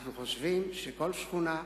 אנחנו חושבים שכל שכונה,